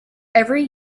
every